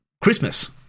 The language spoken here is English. Christmas